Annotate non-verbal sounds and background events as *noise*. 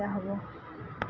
*unintelligible* হ'ব